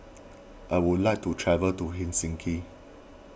I would like to travel to Helsinki